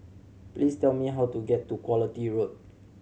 please tell me how to get to Quality Road